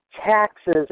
taxes